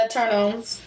Turn-ons